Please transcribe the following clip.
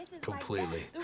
completely